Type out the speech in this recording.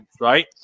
right